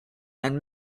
and